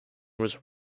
was